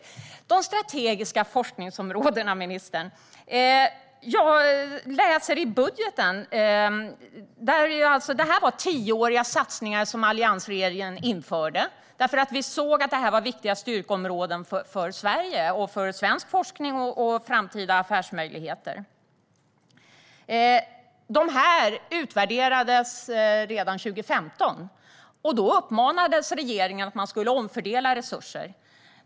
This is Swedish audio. Det gäller de strategiska forskningsområdena, ministern. Det var alltså tioåriga satsningar som alliansregeringen införde därför att vi såg att det var viktiga styrkeområden för Sverige, för svensk forskning och för framtida affärsmöjligheter. Dessa utvärderades redan 2015, och då uppmanades regeringen att omfördela resurser.